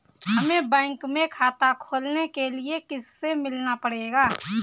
हमे बैंक में खाता खोलने के लिए किससे मिलना पड़ेगा?